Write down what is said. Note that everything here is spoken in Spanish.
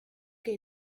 que